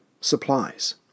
supplies